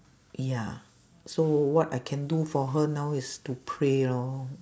ya so what I can do for her now is to pray lor